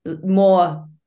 more